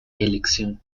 elección